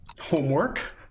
Homework